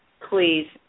please